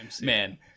man